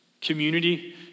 Community